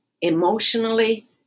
emotionally